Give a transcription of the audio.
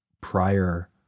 prior